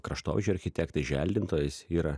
kraštovaizdžio architektai želdintojas yra